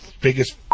biggest